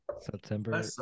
September